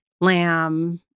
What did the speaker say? lamb